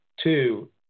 two